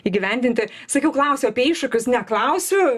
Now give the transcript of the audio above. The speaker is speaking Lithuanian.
įgyvendinti sakiau klausiu apie iššūkius neklausiu